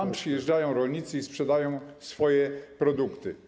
Tam przyjeżdżają rolnicy i sprzedają swoje produkty.